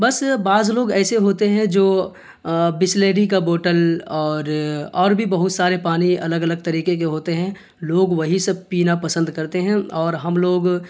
بس بعض لوگ ایسے ہوتے ہیں جو بسلری کا بوٹل اور اور بھی بہت سارے پانی الگ الگ طریقے کے ہوتے ہیں لوگ وہی سب پینا پسند کرتے ہیں اور ہم لوگ